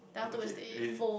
okay really